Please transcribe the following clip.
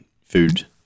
food